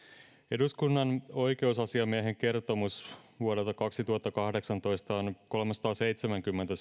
eduskunnan oikeusasiamiehen kertomus vuodelta kaksituhattakahdeksantoista on kolmesataaseitsemänkymmentä